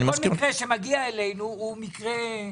כל מקרה שמגיע אלינו הוא מקרה מיוחד.